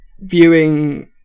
viewing